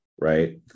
right